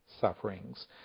sufferings